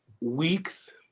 weeks